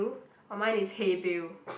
oh mine is hey Bill